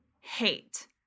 hate